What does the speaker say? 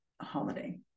holiday